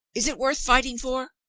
is it worth fighting for?